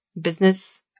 business